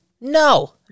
No